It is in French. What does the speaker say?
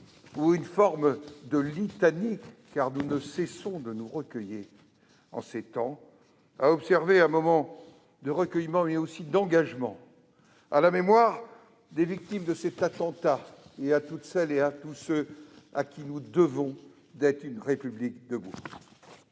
ou une forme de litanie, car nous ne cessons de nous recueillir en ces temps difficiles, un moment de recueillement, mais aussi d'engagement, en mémoire des victimes de cet attentat et de toutes celles et de tous ceux à qui nous devons d'être une République debout.